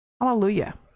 Hallelujah